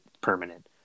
permanent